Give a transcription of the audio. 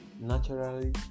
naturally